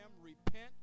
repent